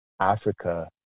africa